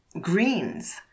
greens